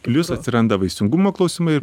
plius atsiranda vaisingumo klausimai